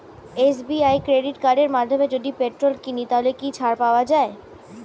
SBI credit কার্ডের মাধ্যমে যদি পেট্রোল কিনি তাহলে কি ছাড় পাওয়া যায়?